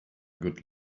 good